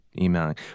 emailing